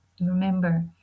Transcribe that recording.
Remember